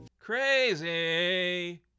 Crazy